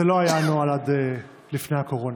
זה לא היה הנוהל עד לפני הקורונה.